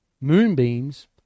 moonbeams